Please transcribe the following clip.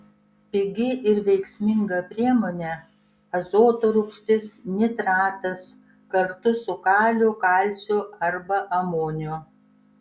pigi ir veiksminga priemonė azoto rūgštis nitratas kartu su kaliu kalciu arba amoniu